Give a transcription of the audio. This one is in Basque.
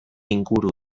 inguru